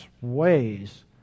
ways